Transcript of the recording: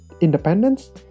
independence